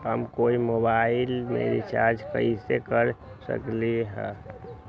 हम कोई मोबाईल में रिचार्ज कईसे कर सकली ह?